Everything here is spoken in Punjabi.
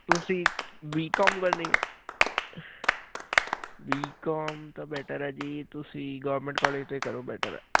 ਤੁਸੀਂ ਬੀਕੌਮ ਕਰਨੀ ਆ ਬੀਕੌਮ ਤਾਂ ਬੈਟਰ ਆ ਜੀ ਤੁਸੀਂ ਗੌਰਮੈਂਟ ਕੋਲਜ ਤੋਂ ਹੀ ਕਰੋ ਬੈਟਰ ਹੈ